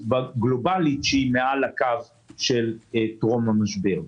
גלובלית שהיא מעל הקו של טרום המשבר.